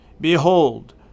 Behold